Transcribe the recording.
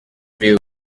view